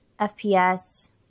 FPS